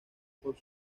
por